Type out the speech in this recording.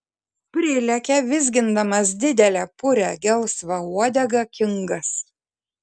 prilekia vizgindamas didelę purią gelsvą uodegą kingas